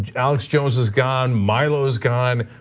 and alex jones is gone. milo is gone.